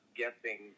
guessing